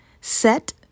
set